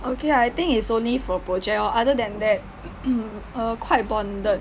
okay lah I think it's only for project lor other than that mm err quite bonded